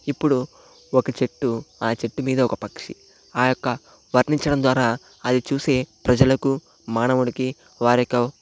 ఇప్పుడు ఒక చెట్టు ఆ చెట్టు మీద ఒక పక్షి ఆ యొక్క వర్ణించడం ద్వారా అవి చూసే ప్రజలకు మానవుడికి వారి యొక్క